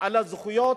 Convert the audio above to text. על הזכויות